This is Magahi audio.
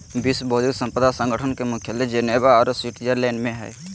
विश्व बौद्धिक संपदा संगठन के मुख्यालय जिनेवा औरो स्विटजरलैंड में हइ